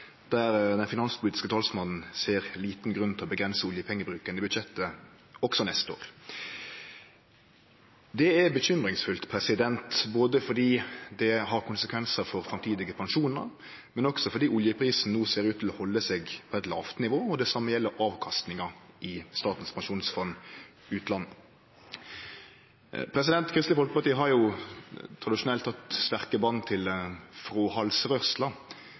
der den finanspolitiske talsmannen ser liten grunn til å avgrense oljepengebruken i budsjettet også neste år. Det er urovekkjande, både fordi det har konsekvensar for framtidige pensjonar, og også fordi oljeprisen no ser ut til å halde seg på eit lågt nivå, og det same gjeld avkastinga i Statens pensjonsfond utland. Kristeleg Folkeparti har tradisjonelt hatt sterke band til fråhaldsrørsla.